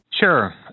Sure